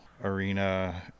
arena